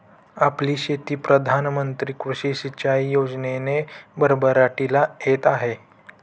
आपली शेती प्रधान मंत्री कृषी सिंचाई योजनेने भरभराटीला येत आहे